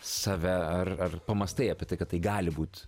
save ar ar pamąstai apie tai kad tai gali būt